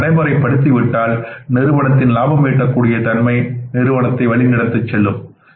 இதை நடைமுறைப்படுத்தி விட்டால் நிறுவனத்தின் லாபம் ஈட்டக்கூடிய தன்மை நிறுவனத்தை வழிநடத்திச் செல்லும்